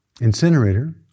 incinerator